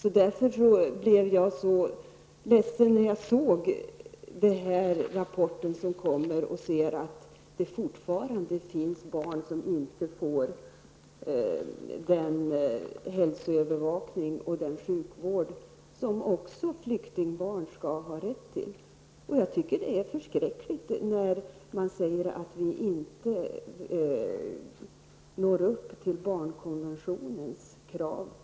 Jag blev därför ledsen när jag såg i rapporten att det fortfarande finns barn som inte får den hälsoövervakning och den sjukvård som även flyktingbarn skall ha rätt till. Jag tycker att det är förskräckligt att det konstateras att vi inte klarar av att uppfylla barnkonventionens krav.